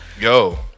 Yo